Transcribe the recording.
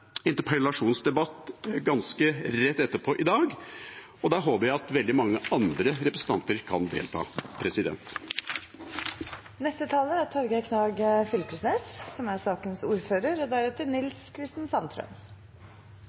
interpellasjonsdebatt ganske rett etterpå i dag, og da håper jeg veldig mange andre representanter kan delta. Tørkeåret var ikkje noko unntak – ein kan ikkje sjå på det som